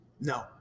no